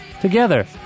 together